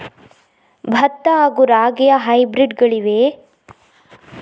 ಭತ್ತ ಹಾಗೂ ರಾಗಿಯ ಹೈಬ್ರಿಡ್ ಗಳಿವೆಯೇ?